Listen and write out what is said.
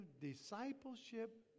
discipleship